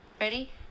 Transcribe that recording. ready